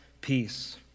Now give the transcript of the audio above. peace